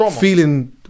feeling